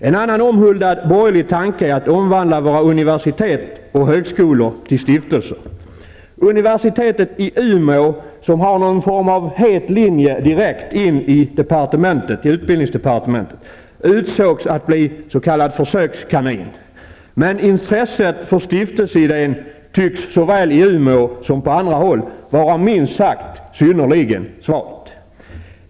En annan omhuldad borgerlig tanke är att omvandla våra universitet och högskolor till stiftelser. Universitetet i Umeå, som har någon form av ''het linje'' direkt till utbildningsdepartementet, har utsetts till att bli s.k. försökskanin. Men intresset för stiftelseidén tycks såväl i Umeå som på andra håll vara, minst sagt, synnerligen svalt.